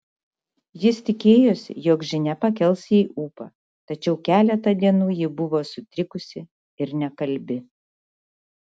jis tikėjosi jog žinia pakels jai ūpą tačiau keletą dienų ji buvo sutrikusi ir nekalbi